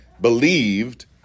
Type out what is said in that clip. believed